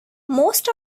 most